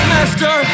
Master